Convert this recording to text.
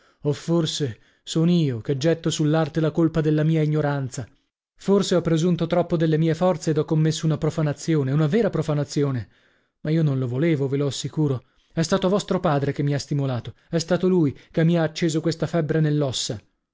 o forse son io che getto sull'arte la colpa della mia ignoranza forse ho presunto troppo delle mie forze ed ho commesso una profanazione una vera profanazione ma io non lo volevo ve lo assicuro è stato vostro padre che mi ha stimolato è stato lui che mi ha acceso questa febbre nell'ossa